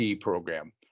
program